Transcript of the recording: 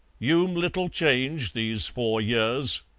you'm little changed these four years,